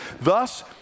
Thus